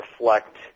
reflect